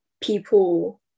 people